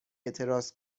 اعتراض